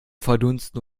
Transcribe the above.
verdunsten